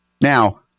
Now